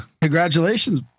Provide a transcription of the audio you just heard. Congratulations